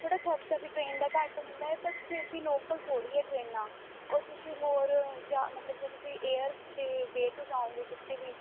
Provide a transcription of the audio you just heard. ਥੋੜ੍ਹਾ ਖਰਚਾ ਵੀ ਟਰੇਨ ਦਾ ਘੱਟ ਹੁੰਦਾ ਬਟ ਫਿਰ ਵੀ ਲੋਕਲ ਥੋੜ੍ਹੀ ਹੈ ਟ੍ਰੇਨਾਂ ਉਹ ਤੁਸੀਂ ਹੋਰ ਜਾਂ ਮਤਲਬ ਜੇ ਤੁਸੀਂ ਏਅਰ ਦੇ ਵੇਅ ਤੋਂ ਜਾਓਗੇ ਕਿਤੇ ਵੀ